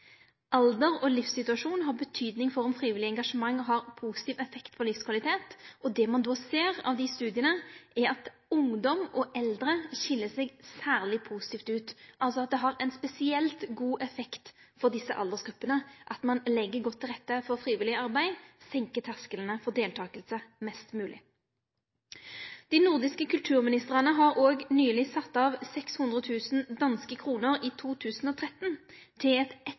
Alder og livssituasjon har betydning for om frivillig engasjement har ein positiv effekt for livskvalitet. Det ein då ser av dei studia, er at ungdom og eldre skil seg særleg positivt ut – at det altså har ein spesielt god effekt på desse aldersgruppene at ein legg godt til rette for frivillig arbeid, senkar tersklane for deltaking mest mogleg. Dei nordiske kulturminstrane har òg nyleg satt av 600 000 DKK i 2013 til eit